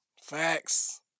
Facts